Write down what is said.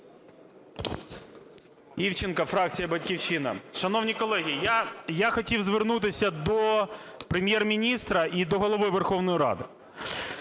Івченко, фракція "Батьківщина". Шановні колеги, я хотів звернутися до Прем'єр-міністра і до Голови Верховної Ради.